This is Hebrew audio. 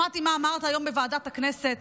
שמעתי מה אמרת היום בוועדת הכנסת.